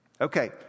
Okay